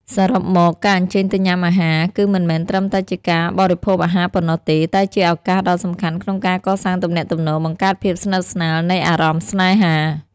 សរុបមក ការអញ្ជើញទៅញ៉ាំអាហារ គឺមិនមែនត្រឹមតែជាការបរិភោគអាហារប៉ុណ្ណោះទេ តែជាឱកាសដ៏សំខាន់ក្នុងការកសាងទំនាក់ទំនង បង្កើតភាពស្និទ្ធស្នាលនៃអារម្មណ៍ស្នេហា។